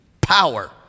Power